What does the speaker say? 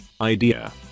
idea